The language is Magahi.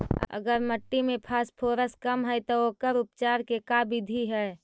अगर मट्टी में फास्फोरस कम है त ओकर उपचार के का बिधि है?